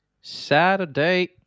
Saturday